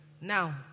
Now